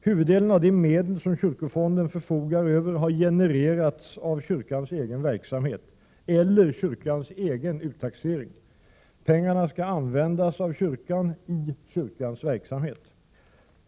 Huvuddelen av de medel som kyrkofonden förfogar över har genererats av kyrkans egen verksamhet eller härör från kyrkans egen uttaxering. Pengarna skall användas av kyrkan, i kyrkans verksamhet.